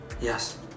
Yes